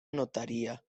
notaria